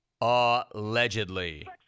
Allegedly